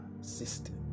system